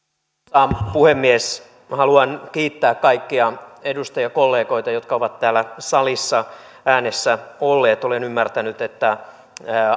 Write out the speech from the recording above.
arvoisa puhemies haluan kiittää kaikkia edustajakollegoita jotka ovat täällä salissa äänessä olleet olen ymmärtänyt että